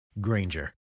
Granger